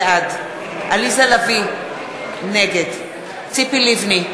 בעד עליזה לביא, נגד ציפי לבני,